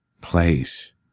place